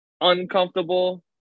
uncomfortable